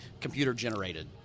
computer-generated